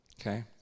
okay